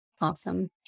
Awesome